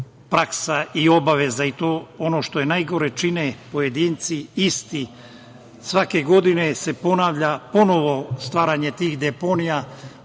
praksa i obaveza i, ono što je najgore, to čine isti pojedinci, svake godine se ponavlja ponovo stvaranje tih deponija,